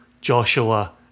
Joshua